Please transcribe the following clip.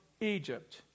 Egypt